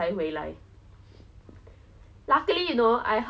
that night because I was already like affected by it